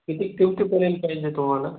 किती कितीपर्यंत पाहिजे तुम्हाला